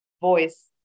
voice